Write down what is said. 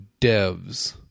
Devs